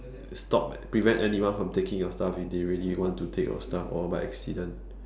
stop prevent anyone from taking your stuff if they really want to take your stuff or by accident